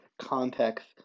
context